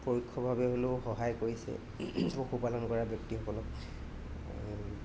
পৰোক্ষভাৱে হ'লেও সহায় কৰিছে পশুপালন কৰা ব্যক্তিসকলক